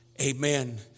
Amen